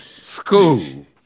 School